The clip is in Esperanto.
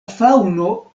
faŭno